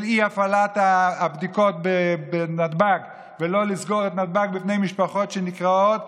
של אי-הפעלת הבדיקות בנתב"ג ולא לסגור את נתב"ג בפני משפחות שנקרעות,